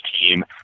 team